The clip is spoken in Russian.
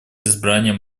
избранием